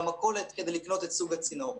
למכולת כדי לקנות את סוג הצינור.